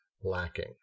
lacking